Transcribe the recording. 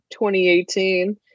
2018